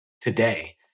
today